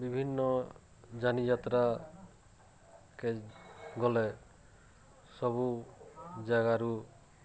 ବିଭିନ୍ନ ଯାନିଯାତ୍ରା କେ ଗଲେ ସବୁ ଜାଗାରୁ